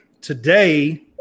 today –